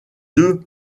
deux